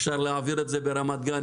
אפשר להעביר את זה ברמת גן,